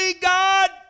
God